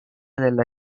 della